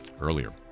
earlier